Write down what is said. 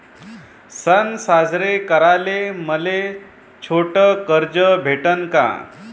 सन साजरे कराले मले छोट कर्ज भेटन का?